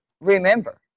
remember